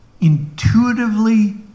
intuitively